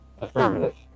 Affirmative